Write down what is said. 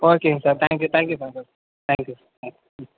ஓகேங்க sir thank you thank you sir ஆ thank you sir ஆ ம்